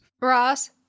Ross